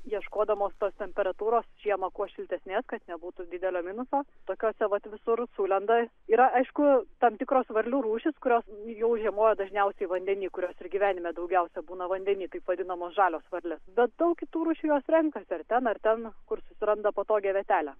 ieškodamos tos temperatūros žiemą kuo šiltesnės kad nebūtų didelio minuso tokiose vat visur sulenda yra aišku tam tikros varlių rūšys kurios jau žiemoja dažniausiai vandeny kurios ir gyvenime daugiausiai būna vandeny taip vadinamos žalios varlės bet daug kitų rūšių jos renkasi ar ten ar ten kur susiranda patogią vietelę